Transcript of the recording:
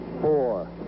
four